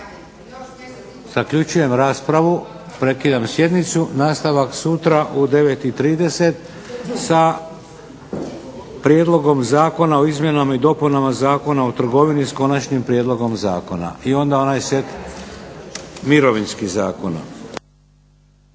Zaključujem raspravu, prekidam sjednicu, nastavak sutra u 9 i 30 sa Prijedlogom zakona o izmjenama i dopunama Zakona o trgovini s Konačnim prijedlogom zakona i onda onaj set mirovinskih zakona.